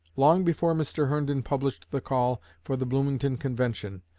long before mr. herndon published the call for the bloomington convention,